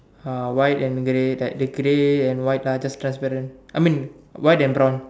uh white and grey then the grey and white are just transparent I mean white and brown